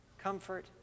Comfort